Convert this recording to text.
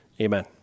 Amen